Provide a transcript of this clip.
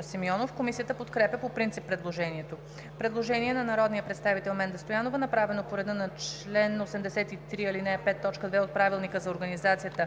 Симеонов. Комисията подкрепя по принцип предложението. Предложение на народния представител Менда Стоянова, направено по реда на чл. 83, ал. 5, т. 2 от Правилника за организацията